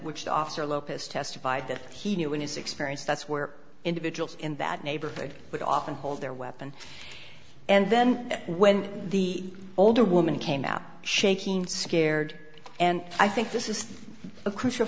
officer lopez testified that he knew in his experience that's where individuals in that neighborhood would often hold their weapon and then when the older woman came out shaking scared and i think this is a crucial